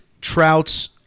Trout's